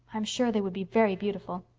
i'm sure they would be very beautiful.